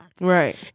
Right